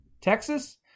Texas